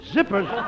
Zippers